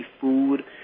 food